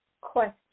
question